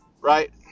right